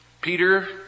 Peter